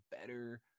better